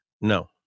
No